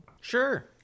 Sure